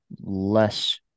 less